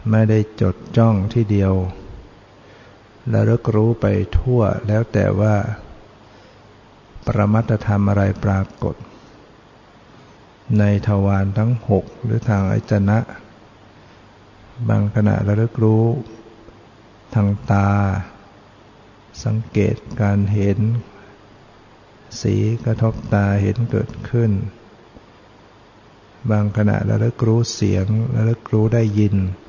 ไม่ได้จดจ้องที่เดียวและระลึกรู้ไปทั่ว แล้วแต่ว่าประมัตธรรมอะไรปรากฏในทวารทั้งหกหรือทางอายตนะ บางขณะระลึกรู้ทางตา สังเกตการเห็น สีกระทบตาเห็นเกิดขึ้น บางขณะระลึกรู้เสียง ระลึกรู้ได้ยิน